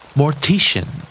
mortician